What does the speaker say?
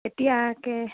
কেতিয়াকৈ